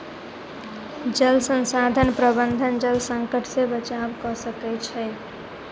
जल संसाधन प्रबंधन जल संकट से बचाव कअ सकै छै